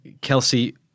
Kelsey